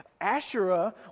Asherah